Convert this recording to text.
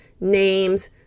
names